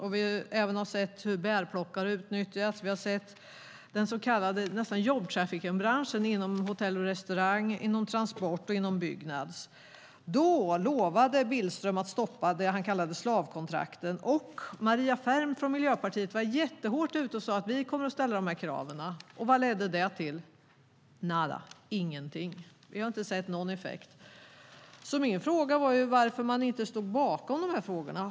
Vi har även sett hur bärplockare utnyttjats. Vi har sett vad vi nästan kan kalla jobbtrafficking inom branscherna Hotell och restaurang, Transport och Byggnads. Då lovade Billström att stoppa det han kallade slavkontrakten. Maria Ferm från Miljöpartiet var jättehårt ute och sade: Vi kommer att ställa de kraven. Vad ledde det till? Nada, ingenting. Vi har inte sett någon effekt. Min fråga var varför man inte stod bakom dessa frågor.